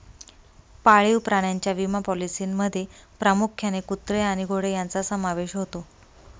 पाळीव प्राण्यांच्या विमा पॉलिसींमध्ये प्रामुख्याने कुत्रे आणि घोडे यांचा समावेश होतो